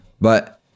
but-